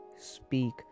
speak